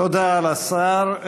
תודה לשר.